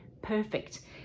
perfect